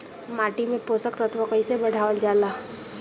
माटी में पोषक तत्व कईसे बढ़ावल जाला ह?